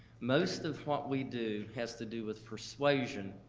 most of what we do has to do with persuasion,